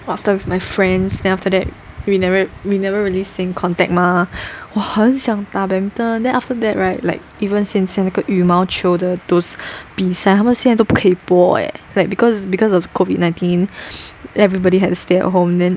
after with my friends then after that we never we never really stay in contact mah 我很想打 badminton then after that right like even 现在那个羽毛球的 those 比赛他们现在都不可以播 leh because because of COVID nineteen everybody had to stay at home then